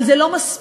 אבל זה לא מספיק,